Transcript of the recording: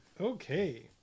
Okay